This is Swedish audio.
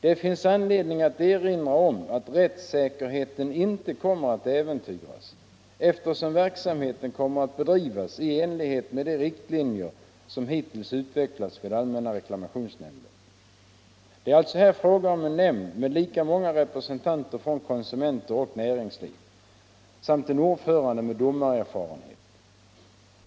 Det finns anledning att erinra om att rättssäkerheten inte kommer att äventyras, eftersom verksamheten kommer att bedrivas i enlighet med de riktlinjer som hittills utvecklats vid Allmänna reklamationsnämnden. Det är alltså här fråga om en nämnd med lika många representanter för konsumenter och näringsliv samt en ordförande med domarerfarenhet.